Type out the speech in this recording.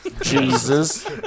Jesus